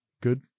good